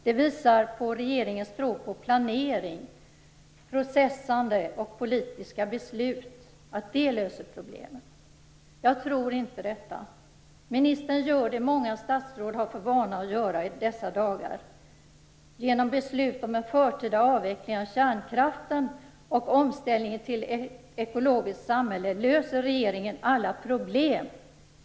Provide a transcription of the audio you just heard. Det visar på regeringens tro på att planering, processande och politiska beslut löser problemen. Jag tror inte det på det. Ministern gör vad många statsråd har för vana att göra i dessa dagar: Genom beslut om en förtida avveckling av kärnkraften och omställningen till ett ekologiskt samhälle försöker regeringen lösa alla problem.